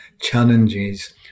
challenges